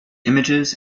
images